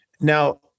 Now